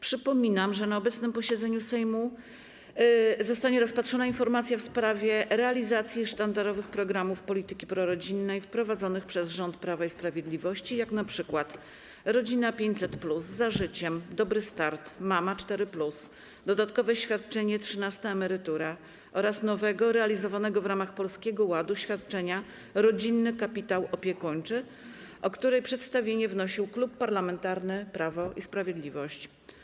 Przypominam, że na obecnym posiedzeniu Sejmu zostanie rozpatrzona informacja w sprawie realizacji sztandarowych programów polityki prorodzinnej wprowadzonych przez rząd Prawa i Sprawiedliwości, jak np. ˝Rodzina 500+˝, ˝Za życiem˝, ˝Dobry start˝, ˝Mama 4+˝, dodatkowe świadczenie trzynasta emerytura, oraz nowego, realizowanego w ramach Polskiego Ładu świadczenia rodzinny kapitał opiekuńczy, o której przedstawienie wnosił Klub Parlamentarny Prawo i Sprawiedliwość.